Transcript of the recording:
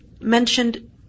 mentioned